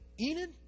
Enid